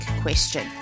question